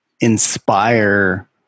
inspire